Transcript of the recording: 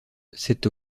c’est